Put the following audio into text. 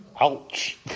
Ouch